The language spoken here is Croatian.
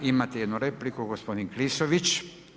Imate jednu repliku, gospodin Klisović.